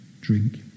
drink